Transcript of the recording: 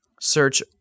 search